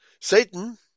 Satan